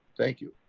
thank you.